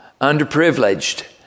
underprivileged